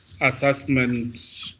assessment